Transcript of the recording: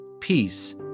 Peace